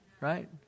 right